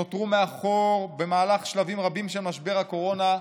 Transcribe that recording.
נותרו מאחור במהלך שלבים רבים של משבר הקורונה,